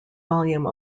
volume